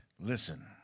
Listen